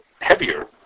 heavier